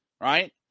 right